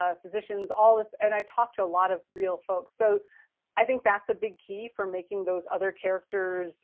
ah physicians, all this, and i talked to a lot of real folks. so i think that's a big key for making those other characters